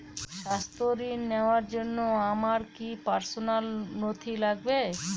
স্বাস্থ্য ঋণ নেওয়ার জন্য আমার কি কি পার্সোনাল নথি লাগবে?